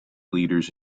leaders